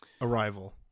Arrival